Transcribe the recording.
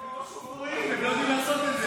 חשוב שצריך להפיץ.